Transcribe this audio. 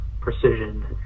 precision